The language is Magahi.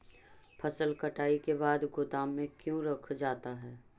फसल कटाई के बाद गोदाम में क्यों रखा जाता है?